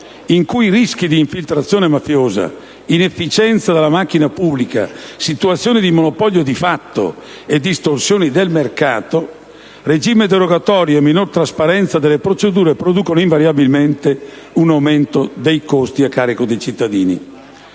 in cui rischi di infiltrazione mafiosa, inefficienza della macchina pubblica, situazioni di monopolio di fatto e distorsioni del mercato, regime derogatorio e minor trasparenza delle procedure producono invariabilmente un aumento dei costi a carico dei cittadini.